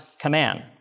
command